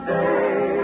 day